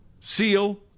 Seal